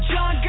John